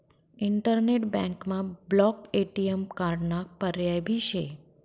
internet बँकमा block ATM कार्डाना पर्याय भी शे